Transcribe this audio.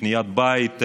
קניית בית,